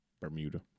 Bermuda